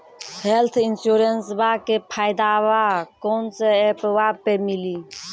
Health इंश्योरेंसबा के फायदावा कौन से ऐपवा पे मिली?